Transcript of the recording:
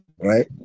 right